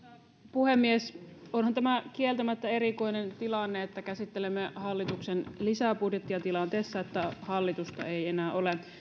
puhemies onhan tämä kieltämättä erikoinen tilanne että käsittelemme hallituksen lisäbudjettia tilanteessa jossa hallitusta ei enää ole